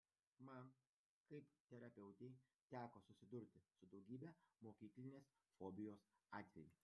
man kaip terapeutei teko susidurti su daugybe mokyklinės fobijos atvejų